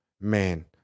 Man